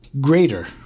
Greater